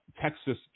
Texas